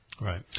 Right